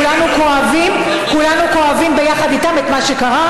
כולנו כואבים, כולנו כאובים ביחד איתם את מה שקרה.